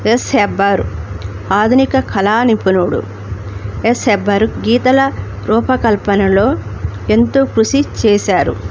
yes Hebbar ఆధునిక కళా నిపుణుడు ఎస్ హెబ్బారు గీతల రూపకల్పనలో ఎంతో కృషి చేశారు